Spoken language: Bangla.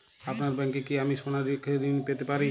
আপনার ব্যাংকে কি আমি সোনা রেখে ঋণ পেতে পারি?